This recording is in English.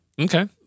Okay